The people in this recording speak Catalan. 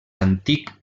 antic